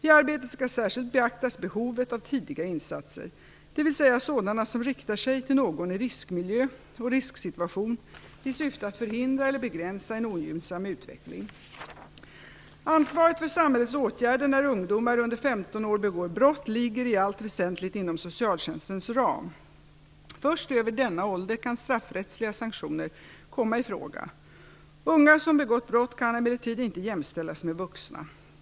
I arbetet skall särskilt beaktas behovet av tidiga insatser, dvs. sådana som riktar sig till någon i riskmiljö och risksituation i syfte att förhindra eller begränsa en ogynnsam utveckling. Ansvaret för samhällets åtgärder när ungdomar under 15 år begår brott ligger i allt väsentligt inom socialtjänstens ram. Först över denna ålder kan straffrättsliga sanktioner komma i fråga. Unga som begått brott kan emellertid inte jämställas med vuxna.